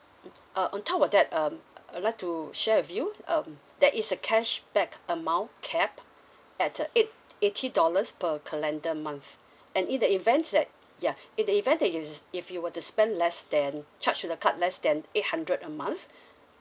mm uh on top of that um I would like to share with you um there is a cashback amount cap at uh eight~ eighty dollars per calendar month and in the event that ya in the event that is if you were to spend less than charge to the card less than eight hundred a month